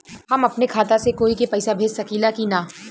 हम अपने खाता से कोई के पैसा भेज सकी ला की ना?